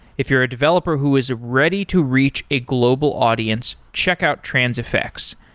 if you're a developer who is ready to reach a global audience, check out transifex.